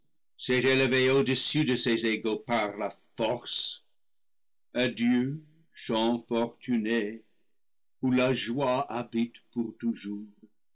s'est élevé au-dessus de ses égaux par la force adieu champs fortunés où la joie habite pour toujours